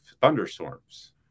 thunderstorms